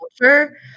culture